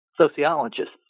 Sociologists